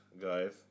guys